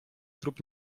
trup